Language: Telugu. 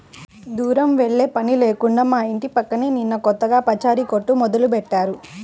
దూరం వెళ్ళే పని లేకుండా మా ఇంటి పక్కనే నిన్న కొత్తగా పచారీ కొట్టు మొదలుబెట్టారు